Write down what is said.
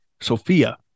Sophia